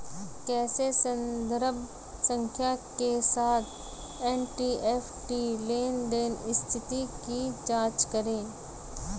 कैसे संदर्भ संख्या के साथ एन.ई.एफ.टी लेनदेन स्थिति की जांच करें?